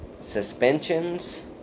suspensions